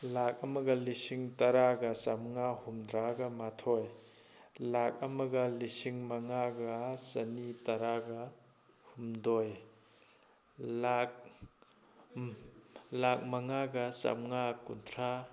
ꯂꯥꯛ ꯑꯃꯒ ꯂꯤꯁꯤꯡ ꯇꯥꯔꯥꯒ ꯆꯥꯃꯉꯥ ꯍꯨꯝꯐꯨꯇꯔꯥꯒ ꯃꯥꯊꯣꯏ ꯂꯥꯛ ꯑꯃꯒ ꯂꯤꯁꯤꯡ ꯃꯉꯥꯒ ꯆꯅꯤ ꯇꯔꯥꯒ ꯍꯨꯝꯗꯣꯏ ꯂꯥꯛ ꯂꯥꯛ ꯃꯉꯥꯒ ꯆꯥꯃꯉꯥ ꯀꯨꯟꯊ꯭ꯔꯥ